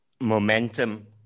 Momentum